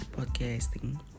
Podcasting